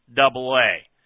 double-A